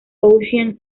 ocean